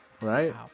Right